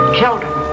children